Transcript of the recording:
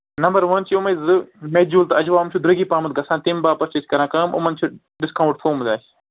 number one چھُ یِمے زٕ میجوٗل تہٕ اجوا یِم چھِ درٛۅگی پہمتھ گَژھان تَمہِ باپتھ چھِ أسۍ کَران کام یِمن چھِ ڈِسکاوُنٛٹ تھوٚومُت اَسہِ